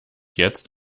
jetzt